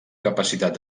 capacitat